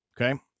Okay